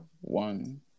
One